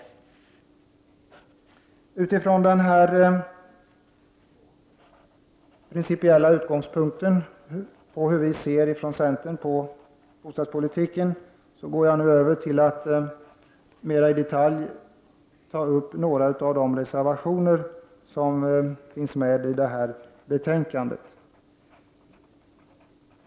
Mot bakgrunden av den här principiella utgångspunkten när det gäller hur centern ser på bostadspolitiken, går jag nu över till att mera i detalj ta upp några av de reservationer som finns med i betänkandet.